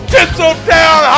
Tinseltown